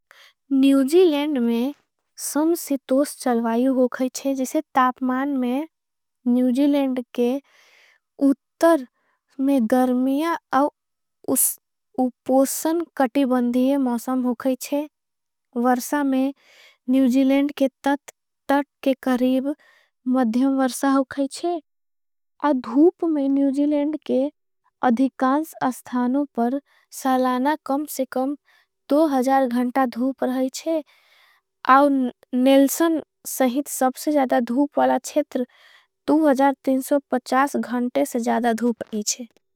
न्यूजीलेंड में सम्सितोस चलवायू होगा है। जिसे तापमान में न्यूजीलेंड के उतर में। गर्मिया और उपोशन कटी बंधिये मौसम। होगा है जिसे वरसा में न्यूजीलेंड के तट के। करीब मध्यम वरसा होगा है जिसे धूप में। न्यूजीलेंड के अधिकांस अस थानों पर सालाना। कम से कम तो हजार घंटा धूप रहा है चे आव। नेलसन सहीट सबसे ज़्यादा धूपवाला छेत्र तो। अजार तिनसो पचास घंटे से ज़्यादा धूप रहा है चे।